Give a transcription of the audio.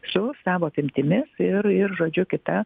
su savo apimtimis ir ir žodžiu kita